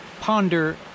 ponder